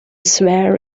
swear